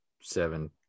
seven